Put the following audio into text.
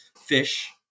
fish